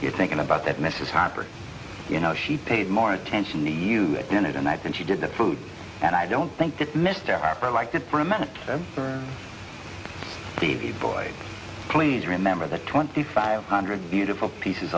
you're thinking about that mrs harper you know she paid more attention to use in it and i think she did the food and i don't think that mr harper like it for a man and for t v boy please remember that twenty five hundred beautiful pieces